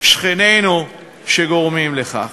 בגלל שכנינו שגורמים לכך.